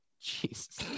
Jesus